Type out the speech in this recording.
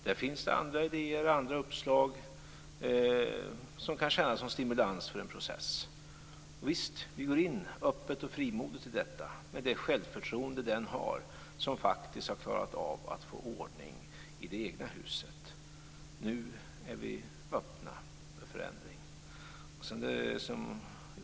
Där finns det andra idéer och andra uppslag som kan tjäna som stimulans för en process. Vi går in öppet och frimodigt i detta med det självförtroende den har som faktiskt har klarat av att få ordning i det egna huset. Nu är vi öppna för förändringar.